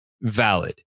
valid